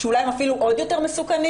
שאולי הם אפילו עוד יותר מסוכנים,